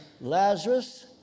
Lazarus